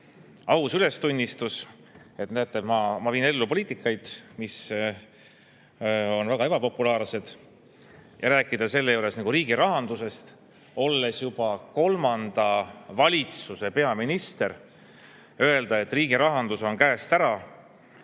aus ülestunnistus, et näete, ma viin ellu poliitikaid, mis on väga ebapopulaarsed. Rääkides selle juures riigi rahandusest, olles juba kolmanda valitsuse peaminister, öeldes, et riigi rahandus on käest ära,